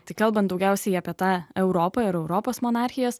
tai kalbant daugiausiai apie tą europą ir europos monarchijas